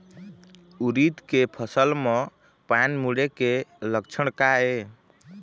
उरीद के फसल म पान मुड़े के लक्षण का ये?